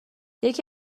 یکی